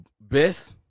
best